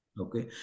Okay